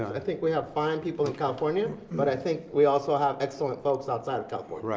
i think we have fine people in california, but i think we also have excellent folks outside of california.